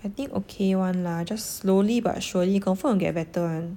I think okay [one] lah just slowly but surely confirm will get better [one]